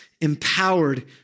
empowered